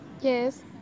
Yes